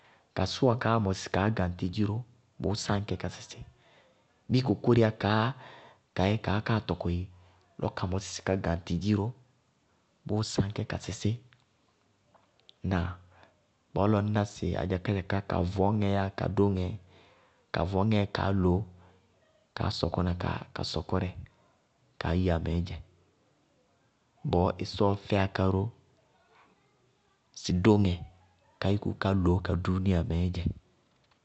Kasʋwa kaáá mɔsɩ sɩ kaá gaŋtɩ dziró bʋʋ sáŋ kɛ ka sísí. Bíɩ kokóriyá kaá lɔ kayɛ kaá káa tɔkɔ yéé lɔ ka mɔsí sɩ ká gaŋtɩ dziró bʋʋ sáŋ kɛ ka sísí. Ŋnáa? Bɔɔ lɔ ŋñná sɩ adzakádzaká ka vɔñŋɛ yáa ka dóŋɛ, ka vɔŋñŋɛɛ kaá loó, kaa sɔkɔná ka ka sɔkɔrɛ ka áyia mɛɛ dzɛ, bɔɔ ɩsɔɔ fɛyá ká ró sɩ dóŋɛ ká yúkú ká loó ka dúúnia mɛɛ dzɛ.